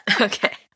Okay